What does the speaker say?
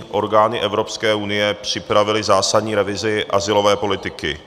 Orgány Evropské unie připravily zásadní revizi azylové politiky.